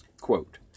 Quote